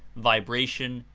vibration,